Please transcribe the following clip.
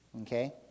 Okay